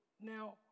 now